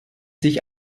sich